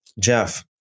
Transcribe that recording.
Jeff